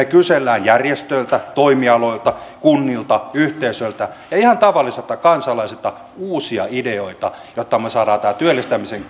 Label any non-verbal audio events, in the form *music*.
*unintelligible* kyselemme järjestöiltä toimialoilta kunnilta yhteisöiltä ja ihan tavallisilta kansalaisilta uusia ideoita jotta me saamme tämän työllistämisen *unintelligible*